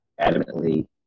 adamantly